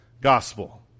gospel